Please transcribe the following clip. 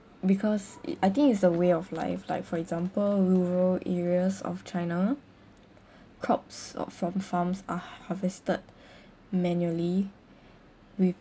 because it I think it's a way of life like for example rural areas of china crops uh from farms are harvested manually with